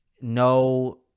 No